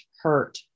hurt